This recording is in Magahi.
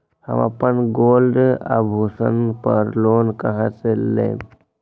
हम अपन गोल्ड आभूषण पर लोन कहां से लेम?